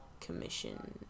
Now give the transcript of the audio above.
Commission